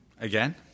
Again